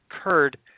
occurred